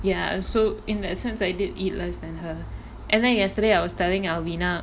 ya so in that sense I did eat less than her and I yesterday I was telling alvena